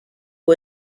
who